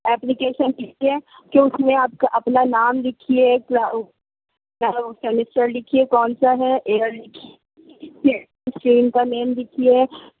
application لکھیے کہ اس میں آپ کا اپنا نام لکھیے کیا کیا ہے سیمسٹر لکھیے کون سا ہے ایئر لکھیے اسٹریم نیم لکھیے